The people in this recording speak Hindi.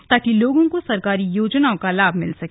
ताकि लोगों को सरकारी योजनाओं का लाभ मिल सके